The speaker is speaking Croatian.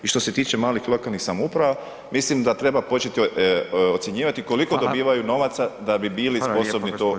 I što se tiče malih lokalnih samouprava mislim da treba početi ocjenjivati [[Upadica: Hvala.]] koliko dobivaju novaca da bi bili [[Upadica: Hvala lijepo gospodine Borić.]] sposobni to izvesti.